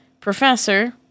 professor